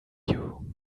you